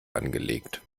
angelegt